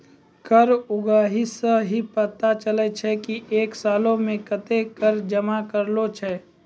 कर उगाही सं ही पता चलै छै की एक सालो मे कत्ते कर जमा होलो छै